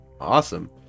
Awesome